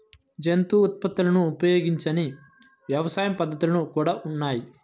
జంతు ఉత్పత్తులను ఉపయోగించని వ్యవసాయ పద్ధతులు కూడా ఉన్నాయి